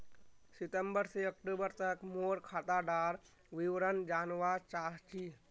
सितंबर से अक्टूबर तक मोर खाता डार विवरण जानवा चाहची?